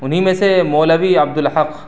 انہیں میں سے مولوی عبدالحق